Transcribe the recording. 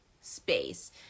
space